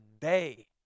day